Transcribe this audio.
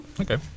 Okay